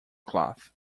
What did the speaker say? cloth